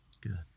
Good